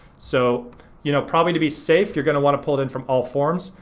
so you know probably to be safe you're gonna want to pull it in from all forms,